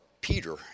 Peter